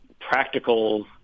practical